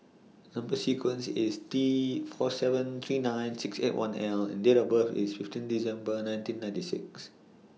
Number sequence IS T four seven three nine six eight one L and Date of birth IS fifteen December nineteen ninety six